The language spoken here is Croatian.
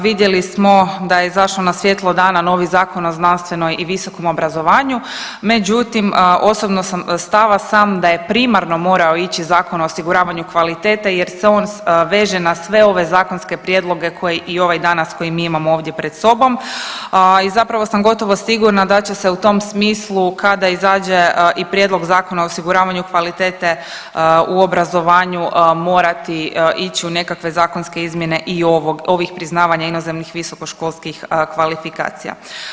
Vidjeli smo da je izašao na svjetlo dana novi zakon o znanstvenoj i visokom obrazovanju, međutim, osobno sam, stava sam da je primarno morao ići Zakon o osiguravanju kvalitete jer se on veže na sve ove zakonske prijedloge koje i ovaj danas koji mi imamo ovdje pred sobom i zapravo sam gotovo sigurna da će se u tom smislu kada izađe i prijedlog Zakona o osiguravanju kvalitete u obrazovanju morati ići u nekakve zakonske izmjene i ovih priznavanja visokoškolskih kvalifikacija.